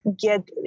get